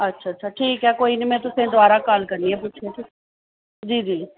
अच्छा अच्छा ठीक ऐ कोई नी में तुसेंगी दबारा काल करनी आं पुच्छियै ठीक ऐ जी जी